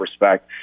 respect